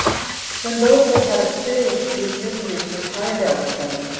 when those that had experienced these miseries were tired out with them,